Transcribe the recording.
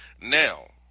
Now